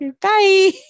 Bye